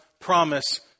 promise